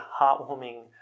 heartwarming